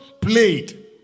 played